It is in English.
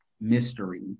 mystery